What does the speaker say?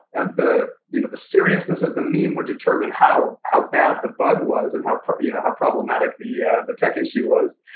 and the you know the seriousness of the meme would determine how how bad the bug was and how you know how problematic the yeah the tech issue was.